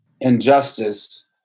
injustice